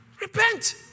Repent